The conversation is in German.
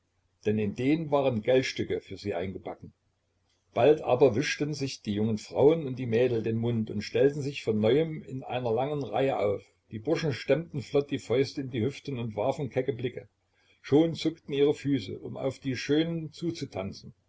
denn in den waren geldstücke für sie eingebacken bald aber wischten sich die jungen frauen und die mädel den mund und stellten sich von neuem in einer langen reihe auf die burschen stemmten flott die fäuste in die hüften und warfen kecke blicke schon zuckten ihre füße um auf die schönen zuzutanzen